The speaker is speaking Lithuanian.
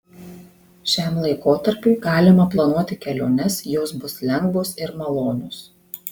šiam laikotarpiui galima planuoti keliones jos bus lengvos ir malonios